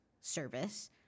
service